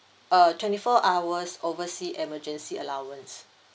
uh twenty four hours oversea emergency allowance